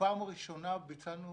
פעם ראשונה ביצענו